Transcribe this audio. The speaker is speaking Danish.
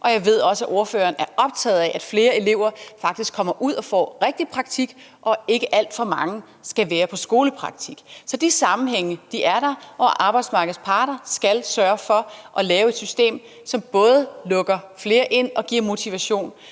Og jeg ved også, at spørgeren er optaget af, at flere elever faktisk kommer ud og får rigtig praktik, og at ikke alt for mange skal være i skolepraktik. Så der er de sammenhænge. Arbejdsmarkedets parter skal sørge for at lave et system, som både lukker flere ind og giver en motivation